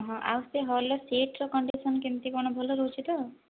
ହଁ ଆଉ ସେ ହଲର ସିଟ୍ ର କଣ୍ଡିସନ କେମିତି କ'ଣ ଭଲ ରହୁଛି ତ